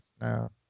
No